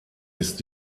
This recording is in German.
ist